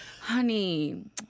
Honey